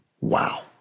Wow